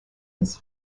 his